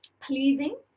pleasing